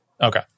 Okay